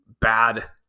bad